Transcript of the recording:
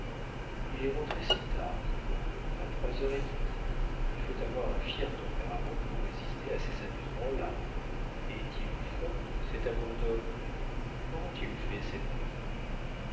il est rentré si tard dit-elle à trois heures et demie il faut avoir un fier tempérament pour résister à ces amusements là est-il fort cet amour d'homme quauront ils fait cette nuit